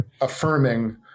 affirming